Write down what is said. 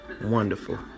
wonderful